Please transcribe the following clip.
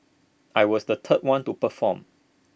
I was the third one to perform